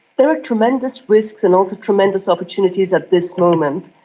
there are tremendous risks and also tremendous opportunities at this moment.